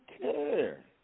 care